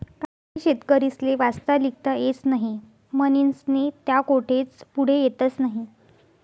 काही शेतकरीस्ले वाचता लिखता येस नही म्हनीस्नी त्या कोठेच पुढे येतस नही